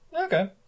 Okay